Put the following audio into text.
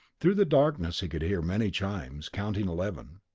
through the darkness he could hear many chimes, counting eleven.